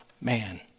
man